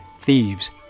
thieves